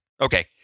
Okay